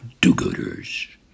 do-gooders